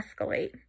escalate